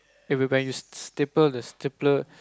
and when you staple the stapler